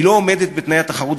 היא לא עומדת בתנאי התחרות.